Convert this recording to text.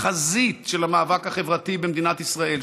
בחזית של המאבק החברתי במדינת ישראל,